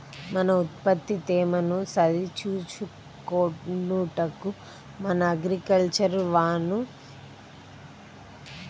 మన ఉత్పత్తి తేమను సరిచూచుకొనుటకు మన అగ్రికల్చర్ వా ను సంప్రదించవచ్చా?